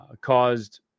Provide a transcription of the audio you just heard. caused